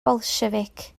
bolsiefic